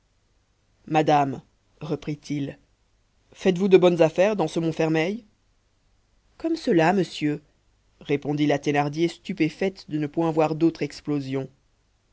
madame reprit-il faites-vous de bonnes affaires dans ce montfermeil comme cela monsieur répondit la thénardier stupéfaite de ne point voir d'autre explosion